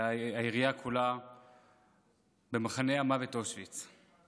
והעירייה כולה במחנה המוות אושוויץ.